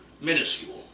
minuscule